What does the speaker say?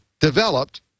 Developed